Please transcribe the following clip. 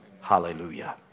hallelujah